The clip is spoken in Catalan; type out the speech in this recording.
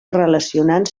relacionant